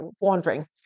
wandering